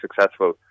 successful